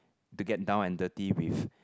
to get down and dirty with